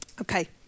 Okay